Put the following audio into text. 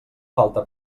falta